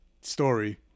story